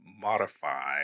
modify